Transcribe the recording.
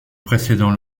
précédents